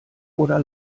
oder